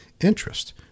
interest